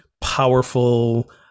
powerful